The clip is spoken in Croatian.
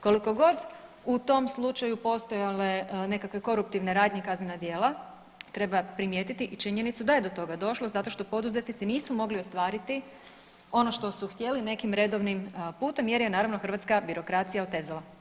Kolikogod u tom slučaju postojale nekakve koruptivne radnje i kaznena djela treba primijetiti i činjenicu da je do toga došlo zato što poduzetnici nisu mogli ostvariti ono što su htjeli nekim redovnim putem jer je naravno hrvatska birokracija otezala.